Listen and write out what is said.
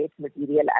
material